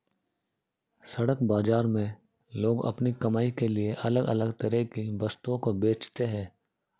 सड़क बाजार में लोग अपनी कमाई के लिए अलग अलग तरह की वस्तुओं को बेचते है